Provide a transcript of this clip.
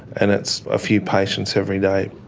and it's a few patients every day.